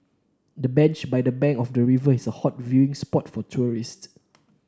the bench by the bank of the river is a hot viewing spot for tourists